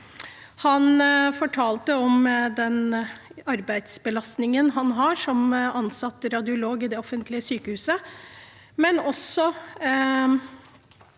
Han fortalte om den arbeidsbelastningen han har som ansatt radiolog i det offentlige sykehuset, men også